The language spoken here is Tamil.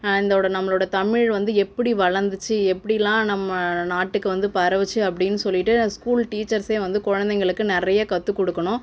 இதோடய நம்மளோடய தமிழ் வந்து எப்படி வளர்ந்துச்சு எப்படிலாம் நம்ம நாட்டுக்கு வந்து பரவுச்சு அப்படின்னு சொல்லிகிட்டு ஸ்கூல் டீச்சர்ஸ்ஸே வந்து குழந்தைங்களுக்கு நிறைய கற்றுக் கொடுக்கணும்